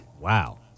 Wow